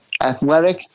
athletic